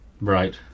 Right